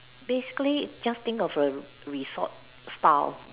basically just think of a resort style